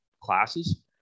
classes